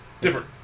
Different